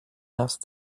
asked